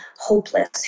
hopeless